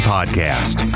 Podcast